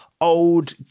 old